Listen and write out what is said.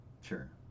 Sure